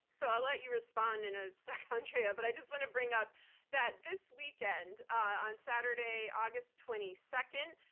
so i'll let you respond in a sec andrea, but i just want to bring up that this weekend, on saturday, august twenty second,